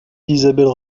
isabelle